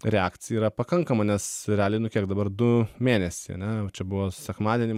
reakcija yra pakankama nes realiai nu kiek dabar du mėnesiai ane va čia buvo sekmadienį